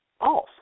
off